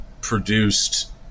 produced